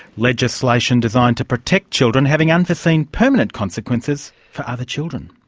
legislation designed to protect children having unforeseen permanent consequences for other children.